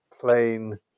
plain